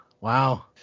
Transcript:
wow